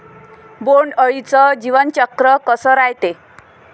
बोंड अळीचं जीवनचक्र कस रायते?